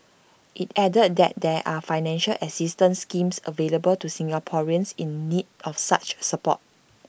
IT added that there are financial assistance schemes available to Singaporeans in need of such support